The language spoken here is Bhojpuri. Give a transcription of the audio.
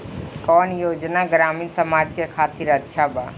कौन योजना ग्रामीण समाज के खातिर अच्छा बा?